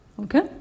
Okay